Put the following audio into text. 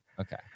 Okay